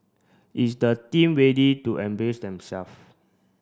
is the team ready to embrace themself